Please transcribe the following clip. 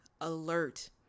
alert